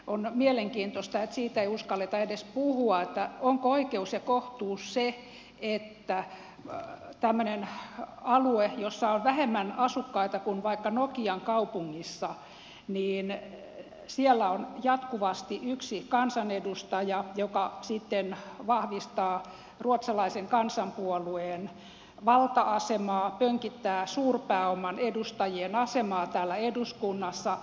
on mielenkiintoista että ei uskalleta edes puhua siitä onko oikeus ja kohtuus se että tämmöiseltä alueelta jossa on vähemmän asukkaita kuin vaikka nokian kaupungissa on jatkuvasti yksi kansanedustaja joka sitten vahvistaa ruotsalaisen kansanpuolueen valta asemaa pönkittää suurpääoman edustajien asemaa täällä eduskunnassa